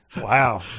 Wow